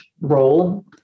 role